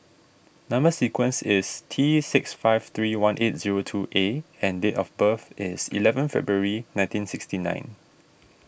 Number Sequence is T six five three one eight zero two A and date of birth is eleven February nineteen sixty nine